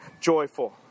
joyful